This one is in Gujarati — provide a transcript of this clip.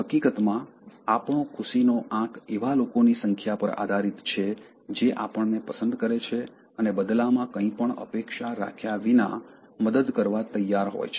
હકીકતમાં આપણો ખુશીનો આંક એવા લોકોની સંખ્યા પર આધારીત છે જે આપણને પસંદ કરે છે અને બદલામાં કંઈ પણ અપેક્ષા રાખ્યા વિના મદદ કરવા તૈયાર હોય છે